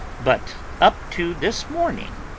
but up to this morning.